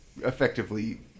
effectively